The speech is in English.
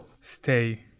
stay